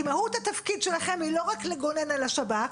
כי מהות התפקיד שלכם היא לא רק לגונן על השב"כ,